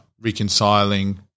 reconciling